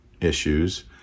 issues